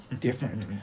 different